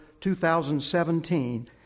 2017